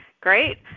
great